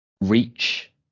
reach